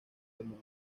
demonio